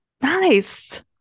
Nice